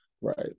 Right